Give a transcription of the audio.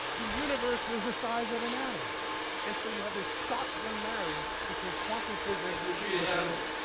the universe was the size of an atom and so you have this shotgun marriage between quantum physics and general,